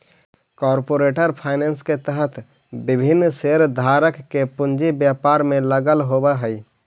corporate finance के तहत विभिन्न शेयरधारक के पूंजी व्यापार में लगल होवऽ हइ